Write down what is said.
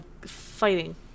Fighting